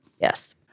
Yes